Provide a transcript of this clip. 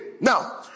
now